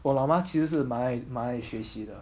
我老妈其实是蛮爱蛮爱学习的